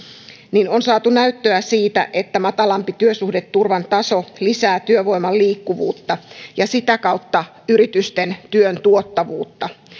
niin on saatu näyttöä siitä että matalampi työsuhdeturvan taso lisää työvoiman liikkuvuutta ja sitä kautta yritysten työn tuottavuutta